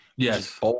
Yes